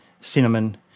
Cinnamon